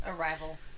arrival